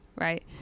Right